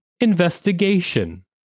Investigation